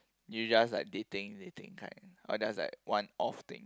you just like dating dating kind or just like one off thing